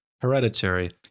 Hereditary